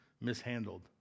mishandled